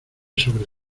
sobre